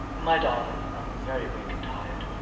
my darling i'm very weak and tired.